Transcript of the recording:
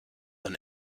than